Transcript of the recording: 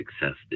success